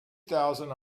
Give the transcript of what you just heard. thousand